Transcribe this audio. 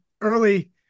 early